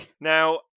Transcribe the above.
Now